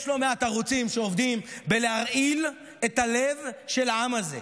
יש לא מעט ערוצים שעובדים בלהרעיל את הלב של העם הזה: